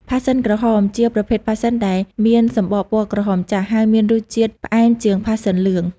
ផាសសិនក្រហម ជាប្រភេទផាសសិនដែលមានសំបកពណ៌ក្រហមចាស់ ហើយមានរសជាតិផ្អែមជាងផាសសិនលឿង។